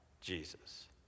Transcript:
Jesus